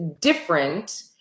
different